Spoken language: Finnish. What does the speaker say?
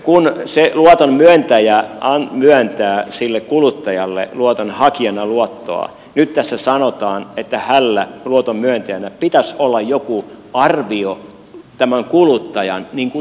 kun se luoton myöntäjä myöntää sille kuluttajalle luotonhakijana luottoa niin nyt tässä sanotaan että hänellä luoton myöntäjänä pitäisi olla joku arvio tämän kuluttajan tuloista